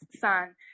sun